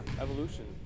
evolution